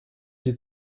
sie